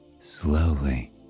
Slowly